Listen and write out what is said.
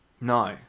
No